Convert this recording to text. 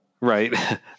Right